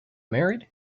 married